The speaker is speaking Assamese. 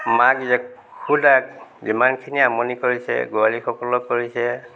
মাক যশোদাক যিমানখিনি আমনি কৰিছে গোৱালীসকলক কৰিছে